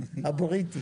פעם חל"ת היה בתשלום,